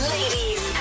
Ladies